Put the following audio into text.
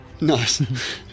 Nice